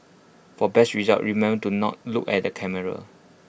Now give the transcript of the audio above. for best results remember to not look at the camera